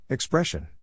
Expression